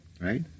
right